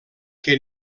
que